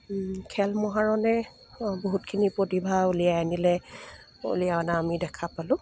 খেল মহাৰণে বহুতখিনি প্ৰতিভা উলিয়াই আনিলে উলিয়াই অনা আমি দেখা পালোঁ